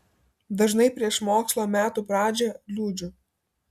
dažnai prieš mokslo metų pradžią liūdžiu